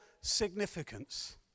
significance